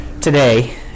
today